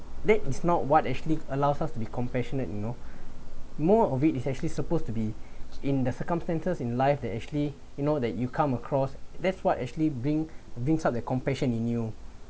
that is not what actually allows us be compassionate you know more of it is actually supposed to be in the circumstances in life that actually you know that you come across that's what actually bring brings up their compassion you knew